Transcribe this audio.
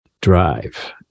drive